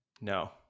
No